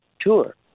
tour